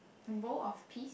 bowl of peas